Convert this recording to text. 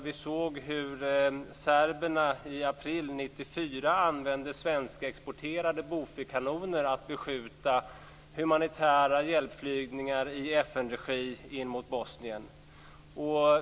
Vi såg hur serberna i april 1994 använde svenskexporterade Bofi-kanoner för att beskjuta humanitära hjälpflygningar i FN-regi in till Bosnien.